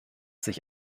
sich